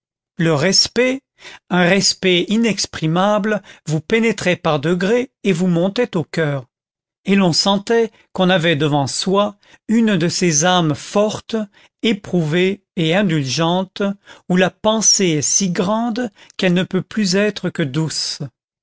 le respect un respect inexprimable vous pénétrait par degrés et vous montait au coeur et l'on sentait qu'on avait devant soi une de ces âmes fortes éprouvées et indulgentes où la pensée est si grande qu'elle ne peut plus être que douce